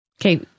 Okay